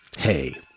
Hey